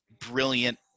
brilliant